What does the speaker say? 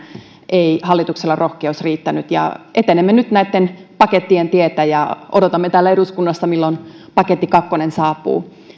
ei hallituksella rohkeus riittänyt etenemme nyt näitten pakettien tietä ja odotamme täällä eduskunnassa milloin paketti kakkonen saapuu